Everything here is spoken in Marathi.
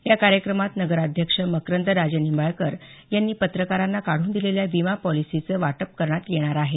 या कार्यक्रमात नगराध्यक्ष मकरंद राजेनिंबाळकर यांनी पत्रकारांना काढून दिलेल्या विमा पॉलिसीचे वाटप करण्यात येणार आहे